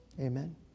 Amen